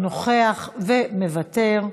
נוכח ומוותר.